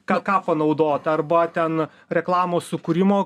ką ką panaudot arba ten reklamos sukūrimo